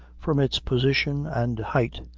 from its position and height,